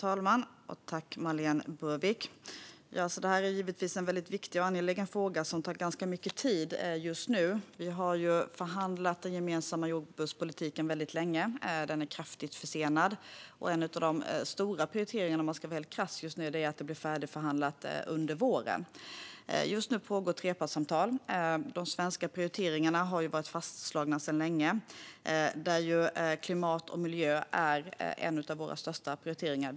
Herr talman! Det här är givetvis en viktig och angelägen fråga som tar upp ganska mycket tid just nu. Vi har ju förhandlat den gemensamma jordbrukspolitiken väldigt länge. Den är kraftigt försenad. En av de stora prioriteringarna just nu, om man ska vara krass, är att den blir färdigförhandlad under våren. Just nu pågår trepartssamtal. De svenska prioriteringarna är fastslagna sedan länge, och klimat och miljö är en av våra största prioriteringar.